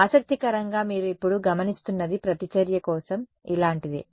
ఆసక్తికరంగా మీరు ఇప్పుడు గమనిస్తున్నది ప్రతిచర్య కోసం ఇలాంటిదే